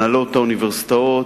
הנהלות האוניברסיטאות,